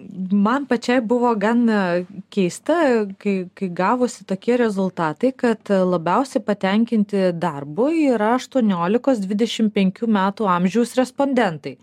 man pačiai buvo gan keista kai kai gavosi tokie rezultatai kad labiausiai patenkinti darbu yra aštuoniolikos dvidešimt penkių metų amžiaus respondentai